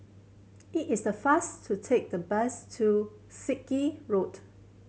it is the fast to take the bus to Sarkie Road